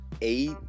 eight